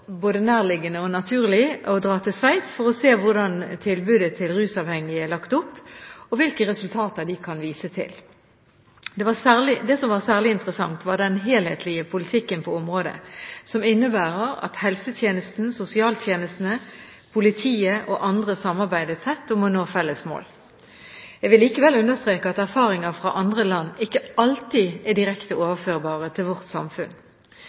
både nærliggende og naturlig å dra til Sveits for å se hvordan tilbudet til rusavhengige er lagt opp, og hvilke resultater de kan vise til. Det som var særlig interessant, var den helhetlige politikken på området, som innebærer at helsetjenesten, sosialtjenestene, politiet og andre samarbeider tett om å nå felles mål. Jeg vil likevel understreke at erfaringer fra andre land ikke alltid er direkte overførbare til vårt samfunn.